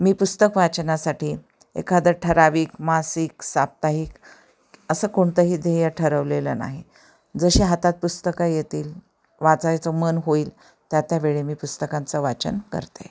मी पुस्तक वाचनासाठी एखादं ठराविक मासिक साप्ताहिक असं कोणतंही ध्येय ठरवलेलं नाही जशी हातात पुस्तकं येतील वाचायचं मन होईल त्या त्यावेेळी मी पुस्तकांचं वाचन करते